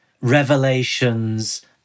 revelations